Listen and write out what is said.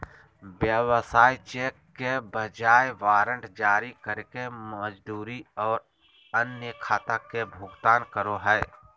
व्यवसाय चेक के बजाय वारंट जारी करके मजदूरी और अन्य खाता के भुगतान करो हइ